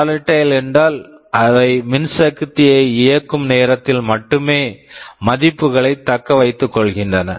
volatile volatile என்றால் அவை மின்சக்தியை இயக்கும் நேரத்தில் மட்டுமே மதிப்புகளைத் தக்கவைத்துக்கொள்கின்றன